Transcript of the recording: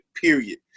period